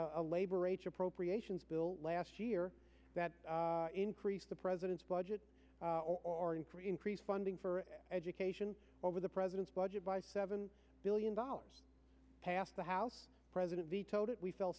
a labor age appropriations bill last year that increased the president's budget or an increase funding for education over the president's budget by seven billion dollars passed the house president vetoed it we fell